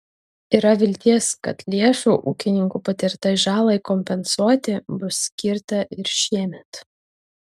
yra vilties kad lėšų ūkininkų patirtai žalai kompensuoti bus skirta ir šiemet